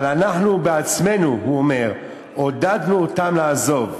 אבל אנחנו בעצמנו, הוא אומר, עודדנו אותם לעזוב.